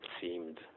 seemed